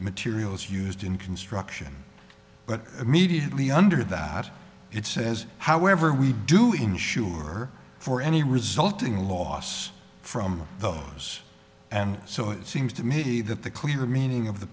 materials used in construction but immediately under that it says however we do insure for any resulting loss from those and so it seems to me that the clear meaning of the